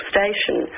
Station